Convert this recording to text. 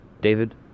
David